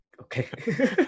Okay